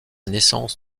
naissance